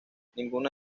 ninguna